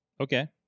Okay